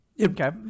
Okay